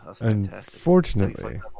unfortunately